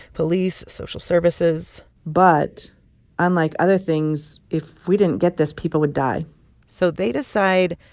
police, social services? but unlike other things, if we didn't get this, people would die so they decide,